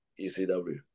ECW